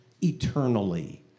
eternally